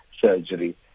surgery